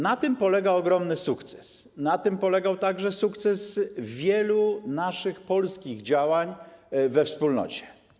Na tym polega ogromny sukces, na tym polegał także sukces wielu naszych polskich działań we wspólnocie.